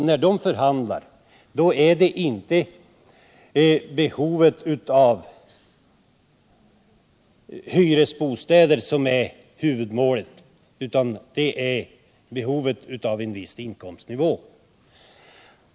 När de förhandlar är det inte behovet av hyresbostäder som är huvudfrågan, utan det är behovet av en viss inkomstnivå.